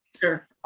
Sure